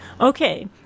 okay